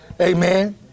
Amen